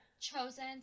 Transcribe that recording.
chosen